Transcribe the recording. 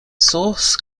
source